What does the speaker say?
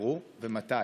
יוחזרו ומתי,